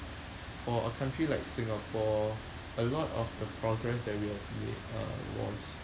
for a country like Singapore a lot of the progress that we have made uh was